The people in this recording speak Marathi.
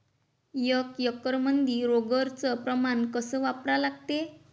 एक एकरमंदी रोगर च प्रमान कस वापरा लागते?